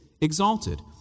exalted